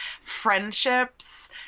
friendships